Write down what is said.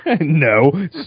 No